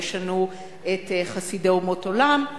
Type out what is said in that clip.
ויש לנו את חסידי אומות עולם,